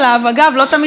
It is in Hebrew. לא תמיד בהצלחה,